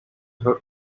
her